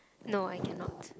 no I cannot